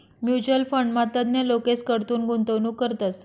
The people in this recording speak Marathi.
म्युच्युअल फंडमा तज्ञ लोकेसकडथून गुंतवणूक करतस